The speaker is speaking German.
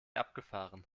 abgefahren